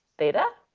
theta.